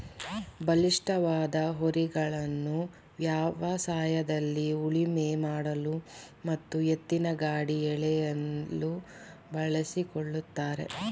ಬಲಿಷ್ಠವಾದ ಹೋರಿಗಳನ್ನು ವ್ಯವಸಾಯದಲ್ಲಿ ಉಳುಮೆ ಮಾಡಲು ಮತ್ತು ಎತ್ತಿನಗಾಡಿ ಎಳೆಯಲು ಬಳಸಿಕೊಳ್ಳುತ್ತಾರೆ